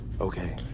okay